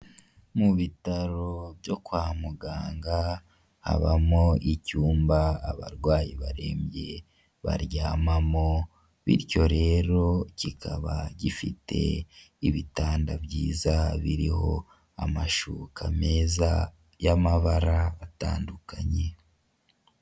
Mu bitaro byo kwa muganga habamo icyumba abarwayi barembye baryamamo bityo rero kikaba gifite ibitanda byiza biriho amashuka meza y'amabara atandukanye.